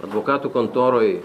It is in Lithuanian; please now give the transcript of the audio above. advokatų kontoroj